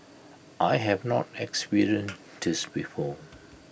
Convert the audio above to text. I have not experienced this before